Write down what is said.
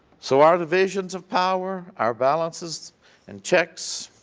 so our divisions of power, our balances and checks